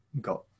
got